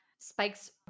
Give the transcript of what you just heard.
Spike's